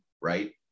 right